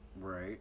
Right